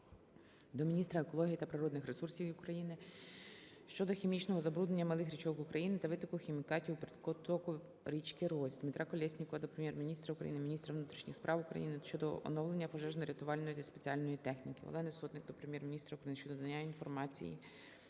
до міністра екології та природних ресурсів України щодо хімічного забруднення малих річок України та витоку хімікатів у притоку річки Рось. Дмитра Колєснікова до Прем'єр-міністра України, міністра внутрішніх справ України щодо оновлення пожежно-рятувальної та спеціальної техніки. Олени Сотник до Прем'єр-міністра України щодо надання інформації